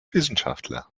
wissenschaftler